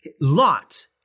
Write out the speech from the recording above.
Lot